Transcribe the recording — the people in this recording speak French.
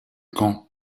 camp